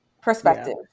perspective